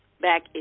back